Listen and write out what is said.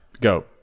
go